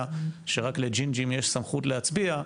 שרק ל"ג'ינג'ים" יש סמכות להצביע,